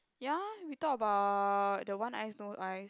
ya we talked about the one ice no ice